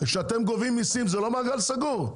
כשאתם גובים מסים זה לא מעגל סגור?